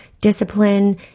discipline